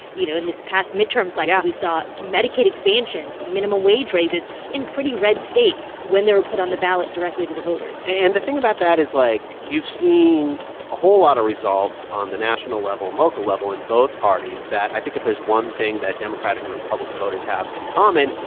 you know, in this past midterm cycle. yeah. like ah we saw medicaid expansion, minimum wage raises in pretty red states when they were put on the ballot directly to the voters yeah and the thing about that is, like, you've seen a whole lot of results on the national level and local level in both parties that i think if there's one thing that democratic and republican voters have in common,